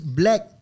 black